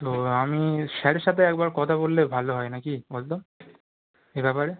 তো আমি স্যারের সাথে একবার কথা বললে ভালো হয় না কি বল তো এই ব্যাপারে